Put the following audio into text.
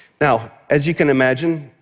now, as you can imagine,